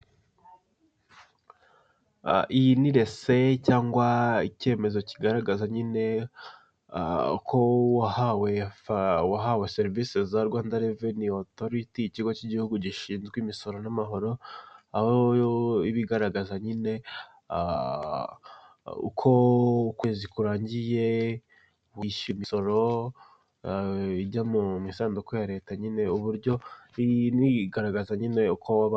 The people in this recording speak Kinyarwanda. Iyi ni rese cyangwa icyemezo kigaragaza nyine ko wahawe serivisi za Rwanda reveni otoriti; ikigo cy'igihugu gishinzwe imisoro n'amahoro. Aho ibigaragaza nyine uko ukwezi kurangiye wishyura imisoro ijya mu isanduku ya leta nyine, uburyo igaragaza nyine uko waba...